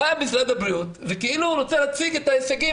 בא משרד הבריאות וכאילו רוצה להציג את ההישגים,